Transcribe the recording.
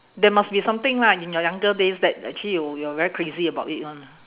there must be something lah in your younger days that actually you~ you're very crazy about it [one] ah